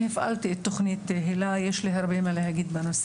שבהם עבדתי מקרוב וגם הפעלתי תוכנית היל"ה יש לי הרבה מה להגיד בנושא.